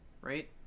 Right